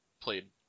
played